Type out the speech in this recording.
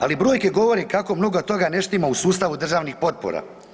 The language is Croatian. Ali, brojke govore kako mnogo od toga ne štima u sustavu državnih potpora.